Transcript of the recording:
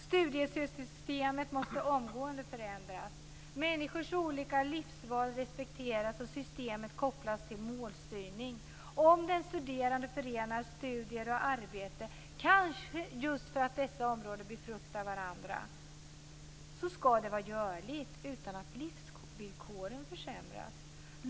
Studiestödssystemet måste omgående förändras, människors olika livsval respekteras och systemet kopplas till målstyrning. Om den studerande förenar studier och arbete, kanske just för att dessa områden befruktar varandra, skall det vara görligt utan att livsvillkoren försämras.